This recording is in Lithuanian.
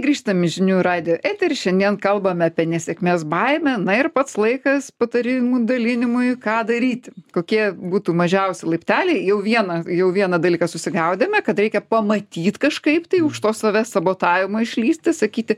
grįžtam į žinių radijo eterį šiandien kalbame apie nesėkmės baimę na ir pats laikas patarimų dalinimui ką daryti kokie būtų mažiausi laipteliai jau vieną jau vieną dalyką susigaudėme kad reikia pamatyt kažkaip tai už to savęs sabotavimo išlįsti sakyti